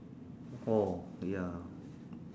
oh ya